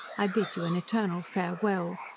i bid you an eternal farewell.